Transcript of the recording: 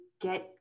get